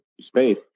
space